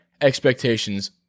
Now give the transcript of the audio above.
expectations